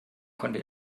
konnte